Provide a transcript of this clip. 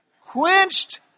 quenched